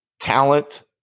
talent